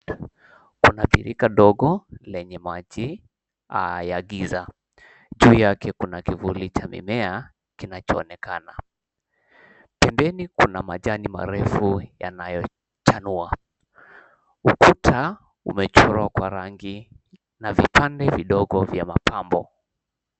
Kuna birika dogo lenye maji ya giza. Juu yake kuna kivuli cha mimea kinachoonekana. Pembeni kuna majani marefu yanayochanua. Ukuta umechorwa kwa rangi na vipande vidogo vya mapambo.